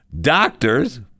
doctors